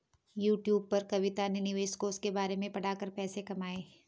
YouTube पर कविता ने निवेश कोष के बारे में पढ़ा कर पैसे कमाए